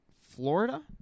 Florida